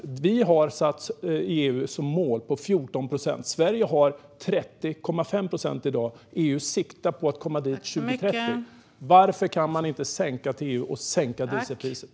I EU har man satt ett mål på 14 procent. Sverige har i dag 30,5 procent. EU siktar på att komma dit först 2030. Varför kan man inte sänka till EU:s nivå och sänka dieselpriset?